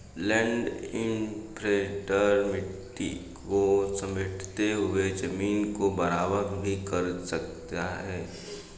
land imprinter मिट्टी को समेटते हुए जमीन को बराबर भी कर देता है